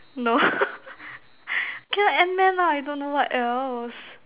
no can Ant Man lah I don't know what else